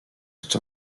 lecz